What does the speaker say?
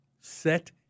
Set